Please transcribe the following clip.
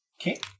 Okay